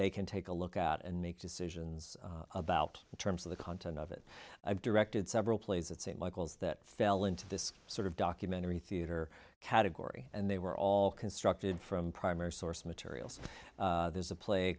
they can take a look at and make decisions about in terms of the content of it i've directed several plays at st michael's that fell into this sort of documentary theater category and they were all constructed from primary source materials there's a pla